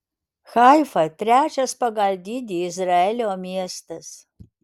haifa trečias pagal dydį izraelio miestas